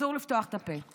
אסור לפתוח את הפה.